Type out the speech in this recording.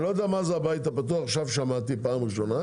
אני לא יודע מה זה הבית הפתוח ועכשיו שמעתי עליו בפעם הראשונה.